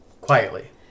Quietly